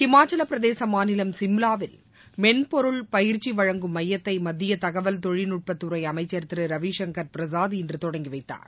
இமாச்சல பிரதேச மாநிலம் சிம்லாவில் மென்பொருள் பயிற்சி வழங்கும் மையத்தை மத்திய தகவல் தொழில்நுட்பத் துறை அமைச்சர் திரு ரவிசங்கர் பிரசாத் இன்று தொடங்கி வைத்தார்